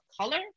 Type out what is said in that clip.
color